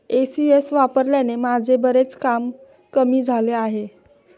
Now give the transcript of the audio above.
ECS वापरल्याने माझे बरेच काम कमी झाले आहे